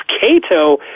Cato